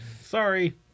sorry